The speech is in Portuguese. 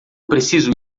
preciso